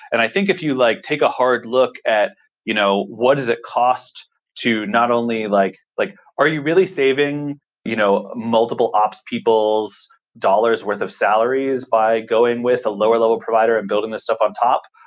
and i think if you like take a hard look at you know what does it cost to not only like like are you really saving you know multiple ops people dollars' worth of salaries by going with a lower, lower provider and building this stuff on top,